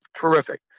Terrific